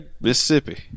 Mississippi